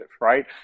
right